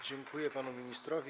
Dziękuję panu ministrowi.